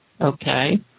Okay